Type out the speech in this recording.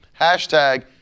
Hashtag